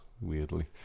weirdly